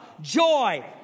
joy